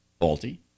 faulty